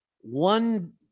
one